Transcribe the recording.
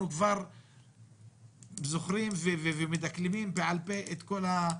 אנחנו זוכרים וכבר מדקלמים בעל פה את כל הטיעונים,